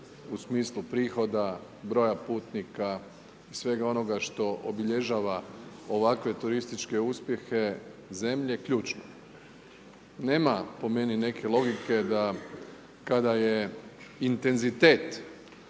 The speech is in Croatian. u smislu prihoda broja putnika, svega onoga što obilježava ovakve turističke uspjehe zemlje, ključno. Nema po meni neke logike da kada je intenzitet